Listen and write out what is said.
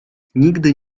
nigdy